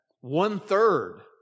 one-third